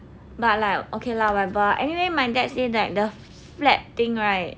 but like okay lah whatever anyway my dad say that the flat thing right